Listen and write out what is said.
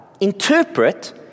interpret